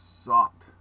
sucked